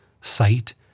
sight